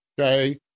okay